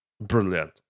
brilliant